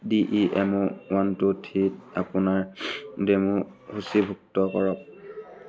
D E M O one two থ্ৰীত আপোনাৰ demo সূচীভুক্ত কৰক